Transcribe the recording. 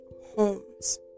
homes